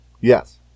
Yes